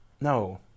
No